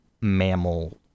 mammal